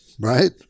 Right